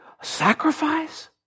Sacrifice